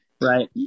Right